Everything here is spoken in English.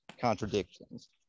contradictions